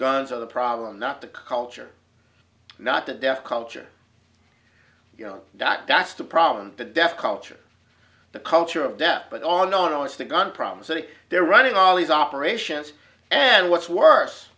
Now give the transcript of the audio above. guns are the problem not the culture not the deaf culture you know that that's the problem the deaf culture the culture of death but on no no it's the gun problem sitting there running all these operations and what's worse